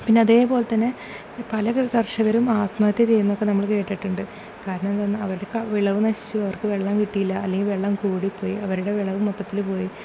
പിന്നെ അതേ പോലെത്തന്നെ പല കർഷകരും ആത്മഹത്യ ചെയ്യുന്നതൊക്കെ നമ്മൾ കേട്ടിട്ടുണ്ട് കാരണം എന്താണ് അവർക്ക് വിളവ് നശിച്ചു അവർക്ക് വെള്ളം കിട്ടിയില്ല അല്ലെങ്കിൽ വെള്ളം കൂടിപ്പോയി അവരുടെ വിളവ് മൊത്തത്തിൽ പോയി